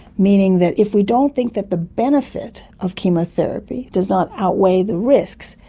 meaning that if we don't think that the benefit of chemotherapy does not outweigh the risks,